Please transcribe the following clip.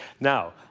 now,